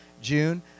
June